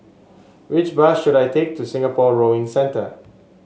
which bus should I take to Singapore Rowing Centre